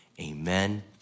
Amen